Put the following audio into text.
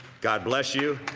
god bless you.